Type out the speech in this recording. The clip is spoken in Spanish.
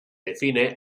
define